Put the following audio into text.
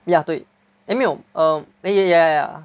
ya 对 eh 没有 uh eh ya ya ya